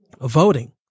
voting